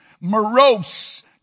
morose